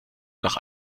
nach